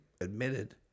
admitted